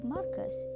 Marcus